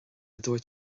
dúirt